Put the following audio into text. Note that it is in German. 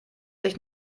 sich